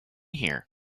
here